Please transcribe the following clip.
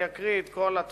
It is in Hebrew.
אני אקריא את כל התוצאות